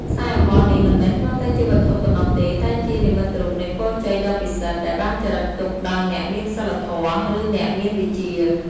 ខ្សែអំបោះនេះមិនមែនគ្រាន់តែជាវត្ថុប៉ុណ្ណោះទេ តែជា និមិត្តរូបនៃពរជ័យដ៏ពិសិដ្ឋ ដែលបានចារឹកទុកដោយអ្នកមានសីលធម៌ ឬអ្នកមានវិជ្ជា។